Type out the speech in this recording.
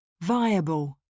Viable